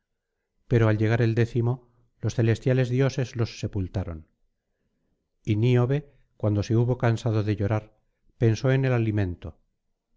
pero al llegar el décimo los celestiales dioses los sepultaron y níobe cuando se hubo cansado de llorar pensó en el alimento